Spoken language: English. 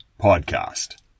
podcast